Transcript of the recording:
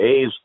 A's